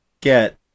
get